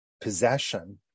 possession